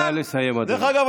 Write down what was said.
נא לסיים, אדוני.